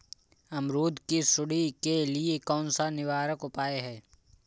अमरूद की सुंडी के लिए कौन सा निवारक उपाय है?